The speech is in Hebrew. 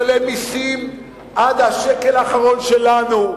והם מוכנים לשלם מסים עד השקל האחרון שלנו,